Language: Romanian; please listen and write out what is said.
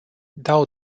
dau